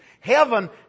Heaven